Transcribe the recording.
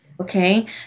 Okay